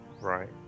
Right